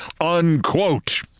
unquote